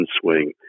swing